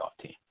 team